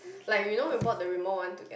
like you know we bought the Rimo one together